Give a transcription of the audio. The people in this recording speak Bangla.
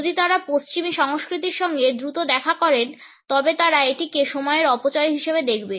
যদি তারা পশ্চিমী সংস্কৃতির সঙ্গে দ্রুত দেখা করেন তবে তারা এটিকে সময়ের অপচয় হিসাবে দেখবে